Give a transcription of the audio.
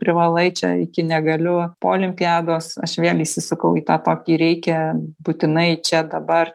privalai čia iki negaliu po olimpiados aš vėl įsisukau į tą tokį reikia būtinai čia dabar